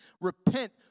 Repent